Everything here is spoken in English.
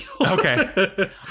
Okay